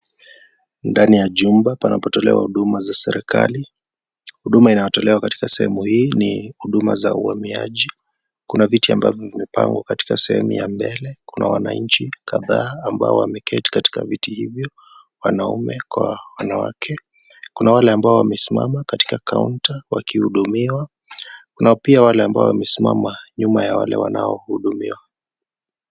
Ndani ya jumba panapotolewa huduma za serikali. Huduma inayotolewa katika sehemu hii ni huduma za uhamiaji, Kuna viti ambavyo vimepangwa katika sehemu ya mbele, Kuna wananchi kadhaa ambao wameketi katika viti hivyo wanaume kwa wanawake. Kunawale ambao wamesimama kaika kaunta wakihudumiwa na pia wale wamesimama nyuma ya wale wanaohudumiwa.